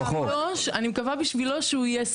אני מקווה בשבילו שהוא יהיה שכיר,